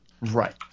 Right